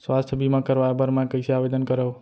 स्वास्थ्य बीमा करवाय बर मैं कइसे आवेदन करव?